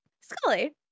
Scully